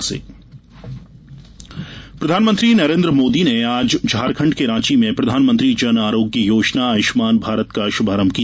आयुष्मान भारत प्रधानमंत्री नरेन्द्र मोदी ने आज झारखंड के रांची में प्रधानमंत्री जनआरोग्य योजना आयुष्मान भारत का शुभारंभ किया